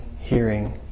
hearing